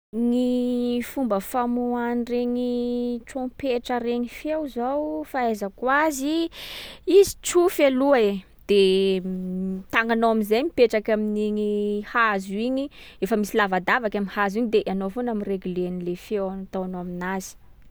Gny fomba famoahan’regny trompetra regny feo zao, fahaizako azy: izy tsofy aloha e. De tagnanao am’zay mipetraky amin’igny hazo igny. Efa misy lavadavaky am'hazo iny de anao foana miregle an’le feo ataonao aminazy.